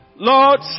lord